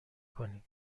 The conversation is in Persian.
کنیم